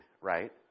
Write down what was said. right